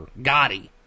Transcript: Gotti